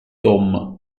tom